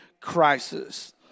crisis